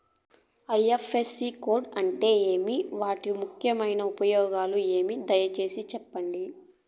IFSC code అంటే ఏమి? వీటి ముఖ్య ఉపయోగం ఏమి? దయసేసి సెప్పండి?